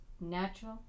natural